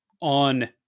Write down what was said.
on